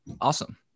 Awesome